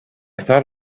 thought